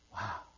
Wow